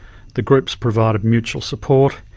the groups provided mutual support,